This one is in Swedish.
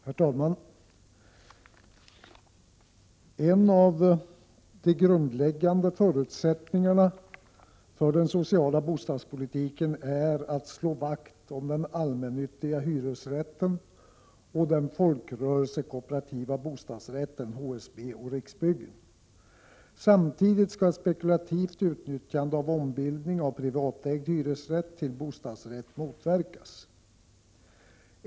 Herr talman! ”En av de grundläggande förutsättningarna för den sociala bostadspolitiken är att slå vakt om den allmännyttiga hyresrätten och den folkrörelsekooperativa bostadsrätten, HSB och Riksbyggen. Samtidigt skall ett spekulativt utnyttjande av ombildning av privatägd hyresrätt till bostads-. rätt motverkas.